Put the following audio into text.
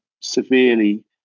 severely